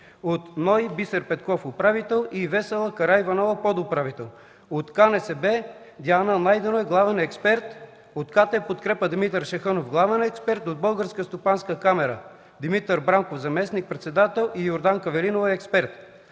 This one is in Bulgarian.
институт Бисер Петков – управител, и Весела Караиванова – подуправител; от КНСБ Диана Найденова – главен експерт; от КТ „Подкрепа” Димитър Шахънов – главен експерт; от Българска стопанска камара Димитър Бранков – заместник-председател, и Йорданка Велинова – експерт;